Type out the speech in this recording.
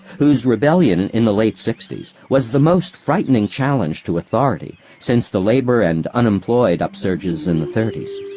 whose rebellion and in the late sixties was the most frightening challenge to authority since the labor and unemployed upsurges in the thirties.